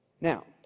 Now